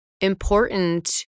important